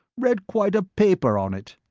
read quite a paper on it.